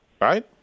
Right